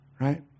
right